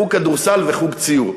חוג כדורסל וחוג ציור.